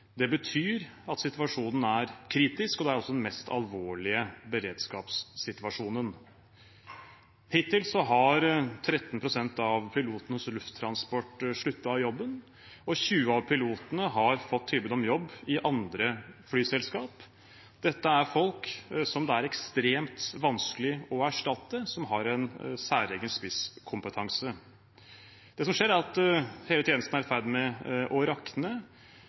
Det betyr at situasjonen er kritisk, og det er den mest alvorlige beredskapssituasjonen. Hittil har 13 pst. av pilotene hos Lufttransport sluttet i jobben, og 20 av pilotene har fått tilbud om jobb i andre flyselskap. Dette er folk som det er ekstremt vanskelig å erstatte, som har en særegen spisskompetanse. Det som skjer, er at hele tjenesten er i ferd med å rakne,